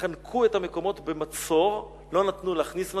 חנקו את המקומות במצור, לא נתנו להכניס מזון,